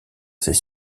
ses